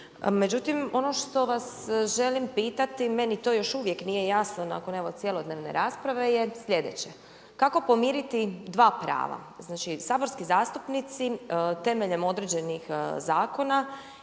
Međutim, ono što vas želim pitati, meni to još uvijek nije jasno nakon evo cjelodnevne rasprave je sljedeće, kako pomiriti dva prava. Znači saborski zastupnici temeljem određenih zakona